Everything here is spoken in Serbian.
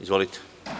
Izvolite.